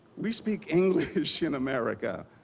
we speak english in america.